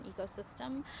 ecosystem